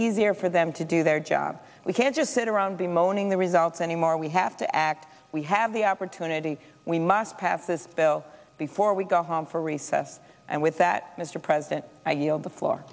easier for them to do their job we can't just sit around the moaning the results anymore we have to act we have the opportunity we must pass this bill before we go home for recess and with that mr president i